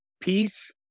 peace